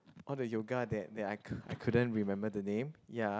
all the yoga that that I I couldn't remember the name ya